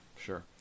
Sure